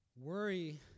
Worry